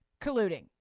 colluding